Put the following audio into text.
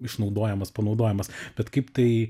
išnaudojamas panaudojamas bet kaip tai